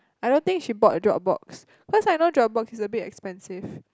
I don't think she bought Dropbox cause I know Dropbox is a bit expensive